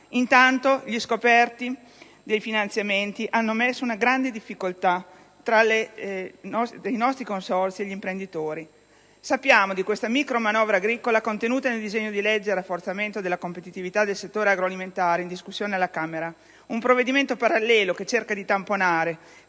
Intanto gli scoperti dei finanziamenti hanno messo in grande difficoltà i consorzi e gli imprenditori. Sappiamo di questa micromanovra agricola contenuta nel disegno di legge recante "Disposizioni per il rafforzamento della competitività del settore agroalimentare", in discussione alla Camera. Un provvedimento parallelo che cerca di tamponare